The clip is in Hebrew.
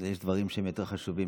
יש דברים שהם יותר חשובים.